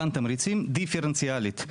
מתן תמריצים דיפרנציאליים.